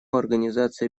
организации